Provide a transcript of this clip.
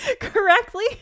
correctly